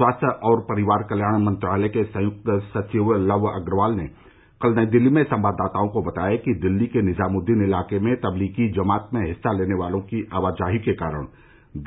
स्वास्थ्य और परिवार कल्याण मंत्रालय के संयुक्त सचिव लव अग्रवाल ने कल नई दिल्ली में संवाददाताओं को बताया कि दिल्ली के निजामुद्दीन इलाके में तबलीगी जमात में हिस्सा लेने वालों की आवाजाही के कारण